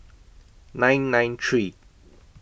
nine nine three